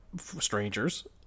strangers